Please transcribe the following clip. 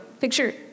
Picture